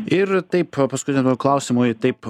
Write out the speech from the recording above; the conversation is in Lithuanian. ir taip paskutiniam jau klausimui taip